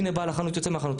הנה, בעל החנות יוצא מהחנות.